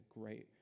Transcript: great